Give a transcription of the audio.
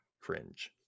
Cringe